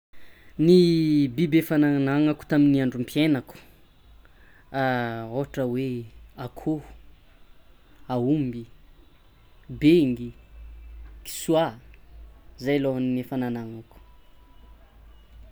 Ny biby efa nanagnako tamin'ny androm-piainako ohatra hoe akôho, aomby, bengy, kisoà, zay lo ny efa nanagnako.